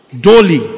Dolly